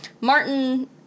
Martin